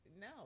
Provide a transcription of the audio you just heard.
No